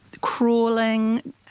crawling